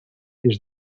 des